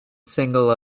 single